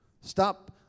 Stop